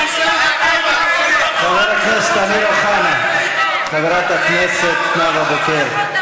חבר הכנסת אמיר אוחנה, חברת הכנסת נאוה בוקר.